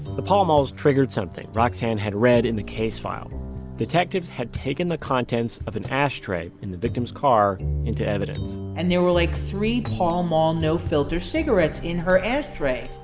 pall malls triggered something roxane had read in the case file detectives had taken the contents of an ashtray in the victim's car into evidence and there were like three pall mall no-filter cigarettes in her ashtray.